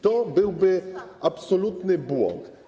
To byłby absolutny błąd.